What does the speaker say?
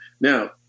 Now